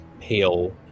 pale